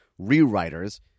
rewriters